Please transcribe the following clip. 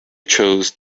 chose